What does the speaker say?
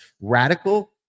radical